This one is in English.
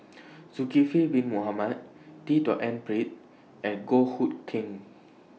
Zulkifli Bin Mohamed D The N Pritt and Goh Hood Keng